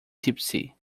tipsy